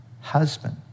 husband